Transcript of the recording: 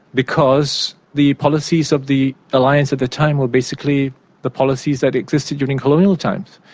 because the policies of the alliance at the time were basically the policies that existed during colonial times.